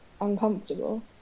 uncomfortable